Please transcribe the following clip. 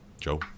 joe